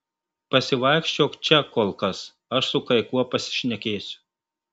pasivaikščiok čia kol kas aš su kai kuo pasišnekėsiu